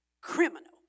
criminal